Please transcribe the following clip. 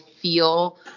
feel